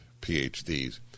PhDs